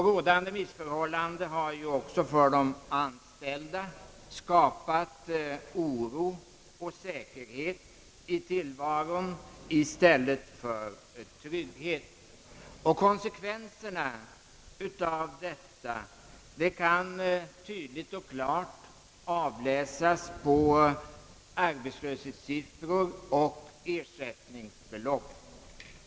Rådande missförhållanden har ju också för de anställda skapat oro och osäkerhet i tillvaron i stället för trygghet. Konsekvenserna av detta kan tydligt och klart avläsas på arbetslöshetssiffror och ersättningsbelopp.